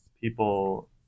people